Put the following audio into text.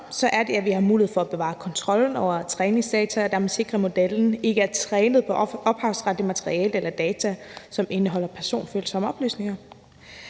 er det, at vi har mulighed for at bevare kontrollen over træningsdata og dermed sikre, at modellen ikke er trænet på ophavsretligt materiale eller data, som indeholder personfølsomme oplysninger.